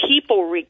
people